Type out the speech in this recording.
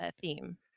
theme